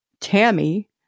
Tammy